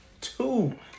two